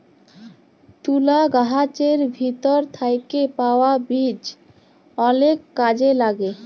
তুলা গাহাচের ভিতর থ্যাইকে পাউয়া বীজ অলেক কাজে ল্যাগে